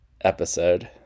episode